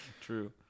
True